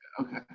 Okay